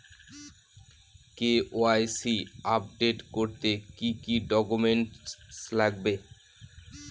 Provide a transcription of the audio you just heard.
KYC update করতে কি কি ডকুমেন্টস লাগবে?